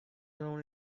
along